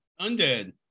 Undead